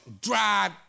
dried